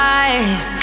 eyes